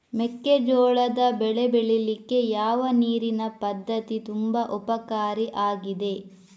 ಮೆಕ್ಕೆಜೋಳದ ಬೆಳೆ ಬೆಳೀಲಿಕ್ಕೆ ಯಾವ ನೀರಿನ ಪದ್ಧತಿ ತುಂಬಾ ಉಪಕಾರಿ ಆಗಿದೆ?